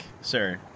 sir